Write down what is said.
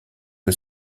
que